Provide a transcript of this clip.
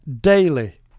daily